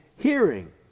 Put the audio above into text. hearing